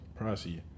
Pricey